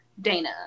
Dana